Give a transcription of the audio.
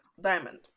Diamond